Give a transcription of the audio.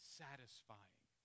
satisfying